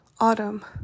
autumn